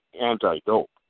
anti-dope